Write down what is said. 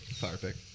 Perfect